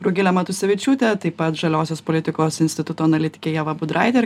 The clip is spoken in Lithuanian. rugile matusevičiūte taip pat žaliosios politikos instituto analitike ieva budraite